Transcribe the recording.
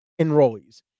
enrollees